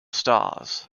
stars